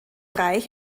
reich